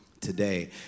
today